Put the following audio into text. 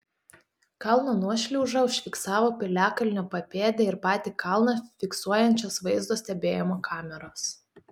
kalno nuošliaužą užfiksavo piliakalnio papėdę ir patį kalną fiksuojančios vaizdo stebėjimo kameros